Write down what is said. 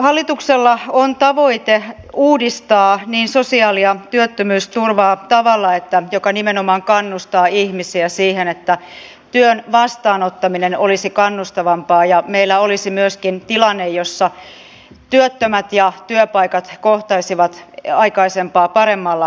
hallituksella on tavoite uudistaa sosiaali ja työttömyysturvaa tavalla joka nimenomaan kannustaa ihmisiä siihen että työn vastaanottaminen olisi kannustavampaa ja meillä olisi myöskin tilanne jossa työttömät ja työpaikat kohtaisivat aikaisempaa paremmalla tavalla